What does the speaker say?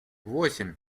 восемь